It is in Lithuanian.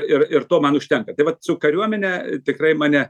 ir ir to man užtenka tai vat su kariuomene tikrai mane